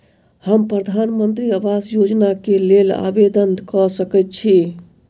हम प्रधानमंत्री आवास योजना केँ लेल आवेदन कऽ सकैत छी?